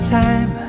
time